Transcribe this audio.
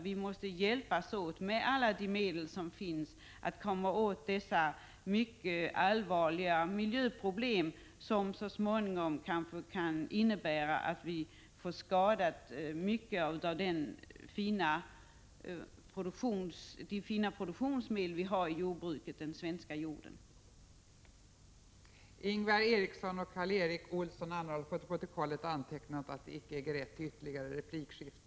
Vi måste hjälpas åt att med alla de medel som finns komma till rätta med dessa mycket allvarliga miljöproblem, som så småningom kanske kan medföra skador på stora delar av det fina produktionsmedel i jordbruket som den svenska jorden är.